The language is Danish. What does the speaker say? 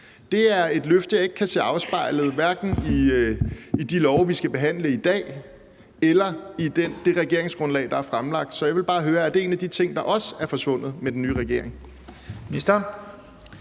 Det er et løfte, jeg ikke kan se afspejlet i hverken de love, vi skal behandle i dag, eller i det regeringsgrundlag, der er fremlagt. Så jeg vil bare høre: Er det en af de ting, der også er forsvundet med den nye regering?